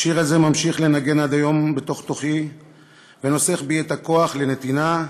השיר הזה ממשיך לנגן עד היום בתוך-תוכי ונוסך בי את הכוח לנתינה,